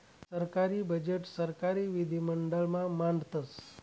सरकारी बजेट सरकारी विधिमंडळ मा मांडतस